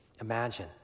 Imagine